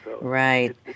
Right